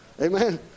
Amen